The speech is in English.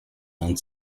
and